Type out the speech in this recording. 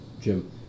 Jim